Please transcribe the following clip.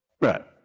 Right